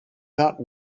that